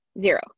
zero